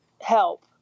help